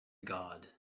god